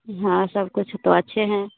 हाँ सबकुछ तो अच्छे हैं